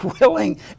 willing